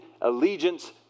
allegiance